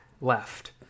left